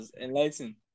enlighten